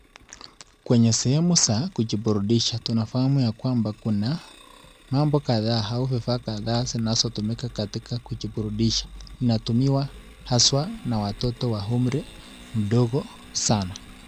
Kwenye sehemu za kujiburudisha tunafahamu ya kwamba kuna mambo kadhaa au vifaa kadhaa zinazotumika katika kujiburudisha ,inatumiwa haswa na watoto wa umri mdogo sana.